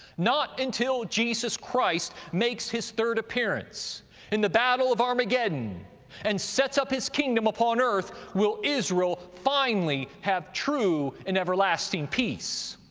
not until jesus christ makes his third appearance in the battle of armageddon and sets up his kingdom upon earth will israel finally have true and everlasting peace.